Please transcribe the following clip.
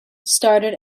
started